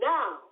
Now